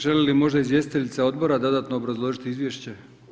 Želi li možda izvjestiteljica odbora dodatno obrazložiti izvješće?